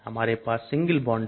हमारे पास single bond है